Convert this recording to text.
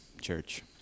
church